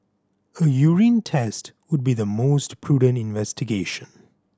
a urine test would be the most prudent investigation